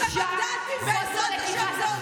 17 מנדטים, ובעזרת השם,